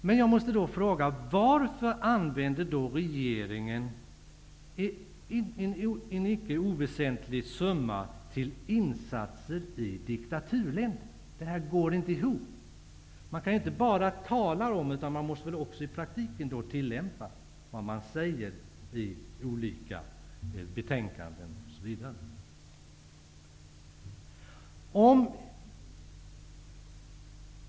Men jag måste då fråga: Varför använder regeringen en icke oväsentlig summa till insatser i diktaturländer? Detta går inte ihop. Man kan inte bara tala om, utan man måste också i praktiken tillämpa vad man säger i olika betänkanden.